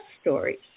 Stories